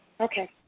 Okay